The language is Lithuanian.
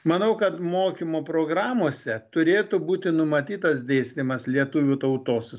manau kad mokymo programose turėtų būti numatytas dėstymas lietuvių tautos